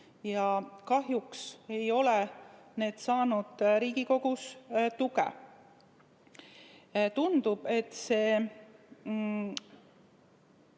kahjuks ei ole need saanud Riigikogus tuge. Tundub, et see